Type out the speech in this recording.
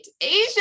Asia